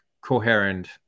coherent